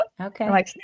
Okay